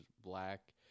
black